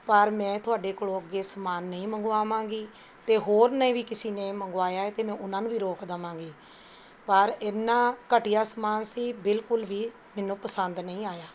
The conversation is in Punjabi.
ਪਰ ਮੈਂ ਤੁਹਾਡੇ ਕੋਲ਼ੋਂ ਅੱਗੇ ਸਮਾਨ ਨਹੀਂ ਮੰਗਵਾਵਾਂਗੀ ਅਤੇ ਹੋਰ ਨੇ ਵੀ ਕਿਸੇ ਨੇ ਮੰਗਵਾਇਆ ਏ ਤਾਂ ਮੈਂ ਉਨ੍ਹਾਂ ਨੂੰ ਵੀ ਰੋਕ ਦੇਵਾਂਗੀ ਪਰ ਇੰਨਾ ਘਟੀਆ ਸਮਾਨ ਸੀ ਬਿਲਕੁਲ ਵੀ ਮੈਨੂੰ ਪਸੰਦ ਨਹੀਂ ਆਇਆ